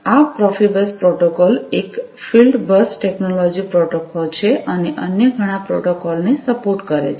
આ Profibus protocol એક field bus technology protocol છે અને અન્ય ઘણા પ્રોટોકોલોને સપોર્ટ કરે છે